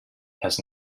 has